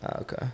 okay